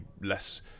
less